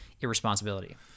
irresponsibility